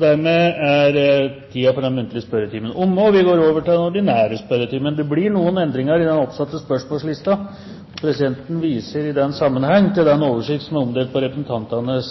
Den muntlige spørretimen er over, og vi går over til den ordinære spørretimen. Det blir noen endringer i den oppsatte spørsmålslisten. Presidenten viser i den sammenheng til oversikten som er omdelt på representantenes